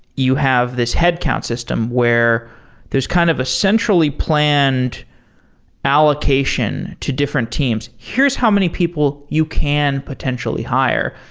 you have this headcount system where there's kind of a centrally planned allocation to different teams. here's how many people you can potentially hire.